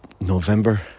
November